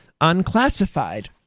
unclassified